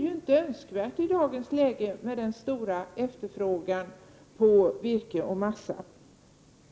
Det är inte önskvärt i dagens läge med den stora efterfrågan på virke och massaved